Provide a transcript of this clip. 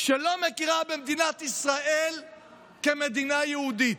שלא מכירה במדינת ישראל כמדינה יהודית,